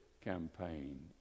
campaign